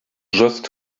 just